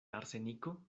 arseniko